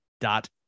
dot